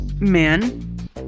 men